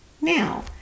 Now